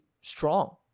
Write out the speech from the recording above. strong